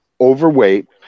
overweight